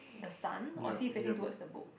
the sun or is he facing towards the book